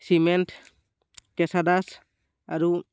cement কেঁচা আৰু